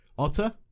Otter